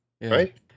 right